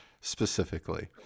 specifically